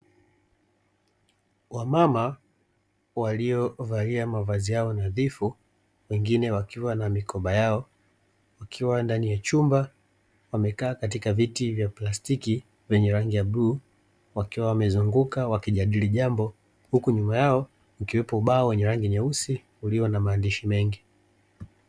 Wamama walio valiamavazi yao nadhifu na wengine wakiwa na mikoba yao, wakiwa ndani ya chumba wamekaa katika viti vya plastiki vyenye rangi ya bluu, wakiwa wamezunguka wakijadili jambo huku nyuma yao kukiwepo ubao wa rangi nyeusi wenye maandishi mengi.